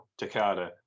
Takada